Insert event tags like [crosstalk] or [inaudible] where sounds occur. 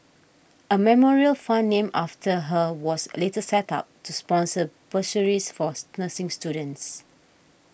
a memorial fund named after her was a later set up to sponsor bursaries for [noise] nursing students